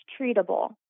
treatable